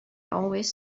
always